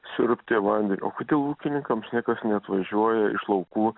siurbti vanden o kodėl ūkininkams niekas neatvažiuoja iš laukų